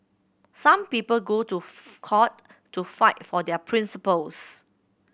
some people go to court to fight for their principles